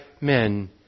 men